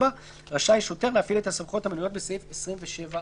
רשאי שוטר להפעיל את הסמכויות המנויות בסעיף 27(א)."